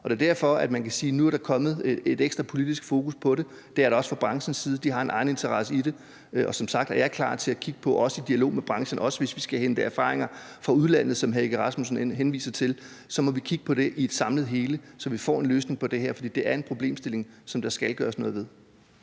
Og det er derfor, at man kan sige, at der nu er kommet et ekstra politisk fokus på det, og der er også fokus på det fra branchens side. De har en egeninteresse i det, og som sagt er jeg klar til at kigge på det, også i dialog med branchen, og også til at hente erfaringer fra udlandet, som hr. Søren Egge Rasmussen henviser til. Så må vi kigge på det som et samlet hele, så vi får en løsning på det her, for det er en problemstilling, som der skal gøres noget ved.